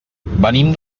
venim